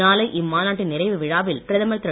நாளை இம்மாநாட்டின் நிறைவு விழாவில் பிரதமர் திரு